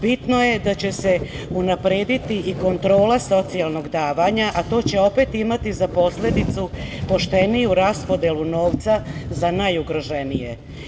Bitno je da će se unaprediti i kontrola socijalnog davanja, a to će opet imati za posledicu pošteniju raspodelu novca za najugroženije.